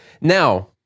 Now